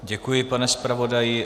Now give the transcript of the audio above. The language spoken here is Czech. Děkuji, pane zpravodaji.